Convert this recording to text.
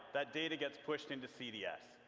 that data gets pushed into cdx.